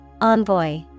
Envoy